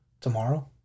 Tomorrow